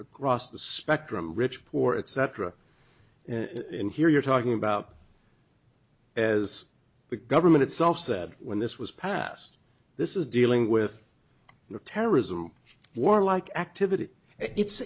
across the spectrum rich poor etc in here you're talking about as the government itself said when this was passed this is dealing with the terrorism war like activity